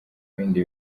ibindi